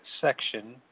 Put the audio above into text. section